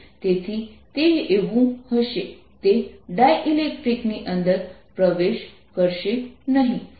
તેથી તે એવું હશે તે ડાઇલેક્ટ્રિકની અંદર પ્રવેશ કરશે નહીં